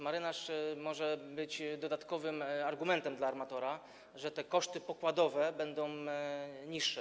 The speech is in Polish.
Marynarz może być dodatkowym argumentem dla armatora, że te koszty pokładowe będą niższe.